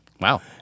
Wow